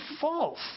false